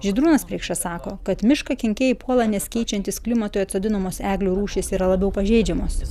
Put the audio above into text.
žydrūnas priekša sako kad mišką kenkėjai puola nes keičiantis klimatui atsodinamos eglių rūšys yra labiau pažeidžiamos